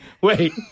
Wait